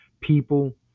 people